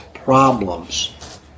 problems